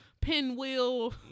pinwheel